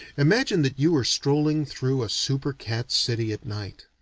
imagine that you are strolling through a super-cat city at night.